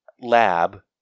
lab